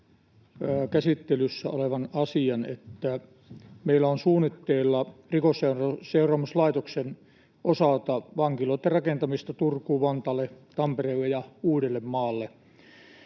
käsittelyssä olevan asian, että meillä on suunnitteilla Rikosseuraamuslaitoksen osalta vankiloitten rakentamista Turkuun, Vantaalle, Tampereelle ja Uudellemaalle.